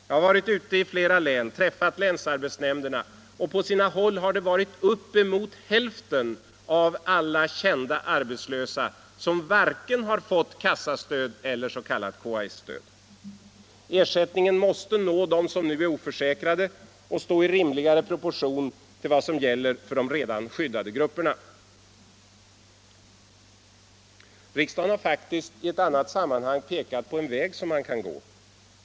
Jag har varit ute i flera län och besökt länsarbetsnämnderna, och på sina håll har det varit uppemot hälften av alla kända arbetslösa som varken har fått kassastöd eller s.k. KSA-stöd. Ersättningen måste nå den som nu är oförsäkrad och stå i rimligare proportion till vad som gäller för de redan skyddade grupperna. Riksdagen har faktiskt i ett annat sammanhang pekat på en väg som man kan gå.